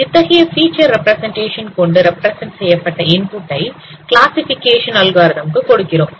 இத்தகைய feature representation கொண்டு represent செய்யப்பட்ட இன்புட் ஐ கிளாசிஃபிகேஷன் அல்காரிதம் க்கு கொடுக்கிறோம்